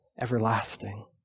everlasting